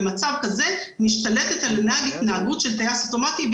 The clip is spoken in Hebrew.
במצב כזה משתלטת על הנהג התנהגות של 'טייס אוטומטי' ",